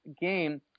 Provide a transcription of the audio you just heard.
game